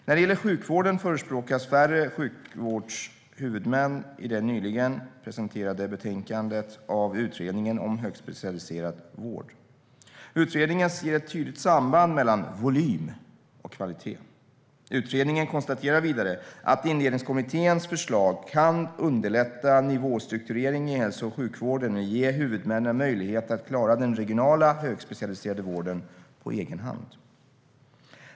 När det gäller sjukvården förespråkas färre sjukvårdshuvudmän i det nyligen presenterade betänkandet av Utredningen om högspecialiserad vård. Utredningen ser ett tydligt samband mellan volym och kvalitet. Utredningen konstaterar vidare att Indelningskommitténs förslag kan underlätta nivåstruktureringen i hälso och sjukvården och ge huvudmännen möjlighet att klara den regionala högspecialiserade vården på egen hand.